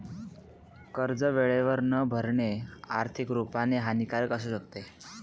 कर्ज वेळेवर न भरणे, आर्थिक रुपाने हानिकारक असू शकते